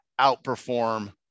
outperform